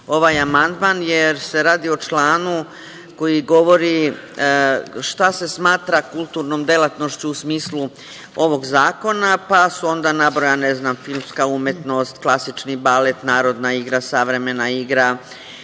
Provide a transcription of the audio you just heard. ovaj amandman, jer se radi o članu koji govori šta se smatra kulturnom delatnošću u smislu ovog zakona, pa su onda nabrojane filmska umetnost, klasični balet, narodna igra, savremena igra,